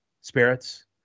spirits